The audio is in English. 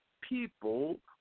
people